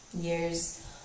years